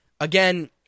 Again